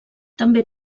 també